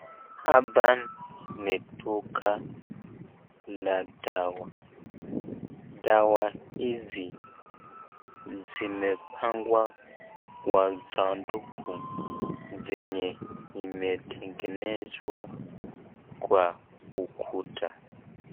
Hapa ni duka la dawa, dawa hizi zimepangwa kwa sanduku zenye imetengenezwa kwa ukuta.